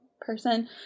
person